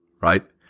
right